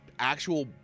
Actual